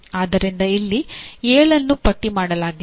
ಆದ್ದರಿಂದ ಇಲ್ಲಿ ಏಳನ್ನು ಪಟ್ಟಿ ಮಾಡಲಾಗಿದೆ